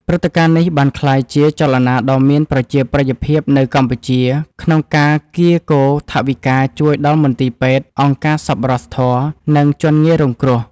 ព្រឹត្តិការណ៍នេះបានក្លាយជាចលនាដ៏មានប្រជាប្រិយភាពនៅកម្ពុជា ក្នុងការកៀរគរថវិកាជួយដល់មន្ទីរពេទ្យ អង្គការសប្បុរសធម៌ និងជនងាយរងគ្រោះ។